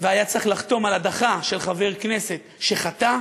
והיה צריך לחתום על הדחה של חבר כנסת שחטא,